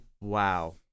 wow